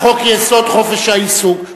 חוק-יסוד: חופש העיסוק,